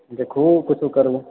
देखू किछो करियौ